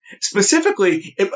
Specifically